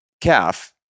calf